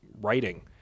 writing